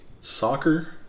soccer